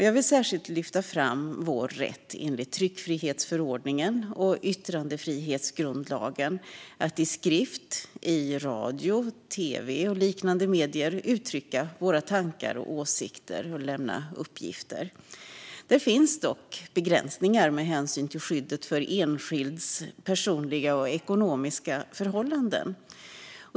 Jag vill särskilt lyfta fram vår rätt enligt tryckfrihetsförordningen och yttrandefrihetsgrundlagen att i skrift och i radio, tv och liknande medier uttrycka våra tankar och åsikter och lämna uppgifter. Det finns dock begränsningar med hänsyn till skyddet för enskilds personliga och ekonomiska förhållanden.